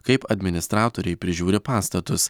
kaip administratoriai prižiūri pastatus